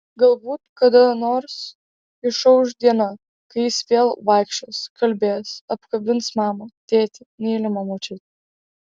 galbūt kada nors išauš diena kai jis vėl vaikščios kalbės apkabins mamą tėtį mylimą močiutę